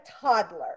toddler